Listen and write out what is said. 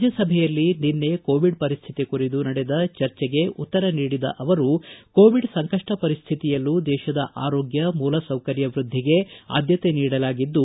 ರಾಜ್ಯಸಭೆಯಲ್ಲಿ ನಿನ್ನೆ ಕೋವಿಡ್ ಪರಿಸ್ಟಿತಿ ಕುರಿತು ನಡೆದ ಚರ್ಚೆಗೆ ಉತ್ತರ ನೀಡಿದ ಅವರು ಕೋವಿಡ್ ಸಂಕಷ್ನ ಪರಿಸ್ವಿತಿಯಲ್ಲೂ ದೇಶದ ಆರೋಗ್ಟ ಮೂಲಸೌಕರ್ಯ ವೃದ್ದಿಗೆ ಆದ್ಕತೆ ನೀಡಲಾಗಿದ್ದು